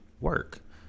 work